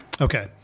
Okay